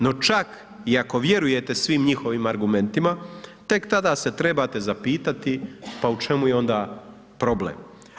No, čak i ako vjerujete svim njihovim argumentima tek tada se trebate zapitati, pa u čemu je onda problem.